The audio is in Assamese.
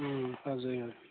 ও আজৰি হয়